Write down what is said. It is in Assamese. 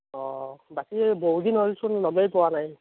অ বাকী বহুতদিন হ'লচোন লগেই পোৱা নাই